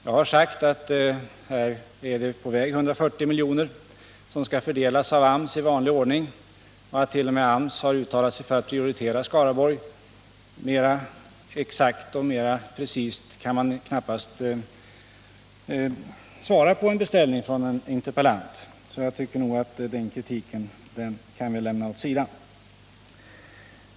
Jag har sagt att 140 milj.kr. är på väg. De skall fördelas av AMS i vanlig ordning. T. o. m. AMS har uttalat sig för att prioritera Skaraborgs län. Mer exakt och mer precist kan man knappast svara på en beställning från en interpellant. Jag tycker att Paul Janssons kritik i detta fall kan lämnas åt sidan.